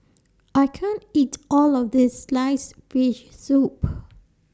I can't eat All of This Sliced Fish Soup